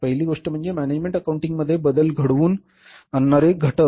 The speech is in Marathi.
पहिली गोष्ट म्हणजे मॅनेजमेंट अकाउंटिंगमध्ये बदल घडवून आणणारे घटक